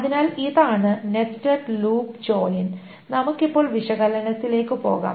അതിനാൽ ഇതാണ് nested loop join നമുക്ക് ഇപ്പോൾ വിശകലനത്തിലേക്ക് പോകാം